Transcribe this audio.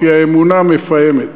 כי האמונה מפעמת,